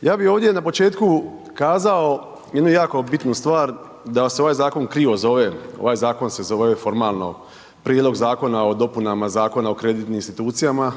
Ja bi ovdje na početku kazao jednu jako bitnu stvar da se ovaj zakon krivo zove, ovaj zakon se zove formalno Prijedlog zakona o dopunama Zakona o kreditnim institucijama